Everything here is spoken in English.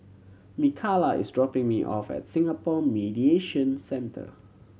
Mikala is dropping me off at Singapore Mediation Centre